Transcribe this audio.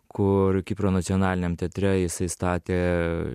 kur kipro nacionaliniam teatre jisai statė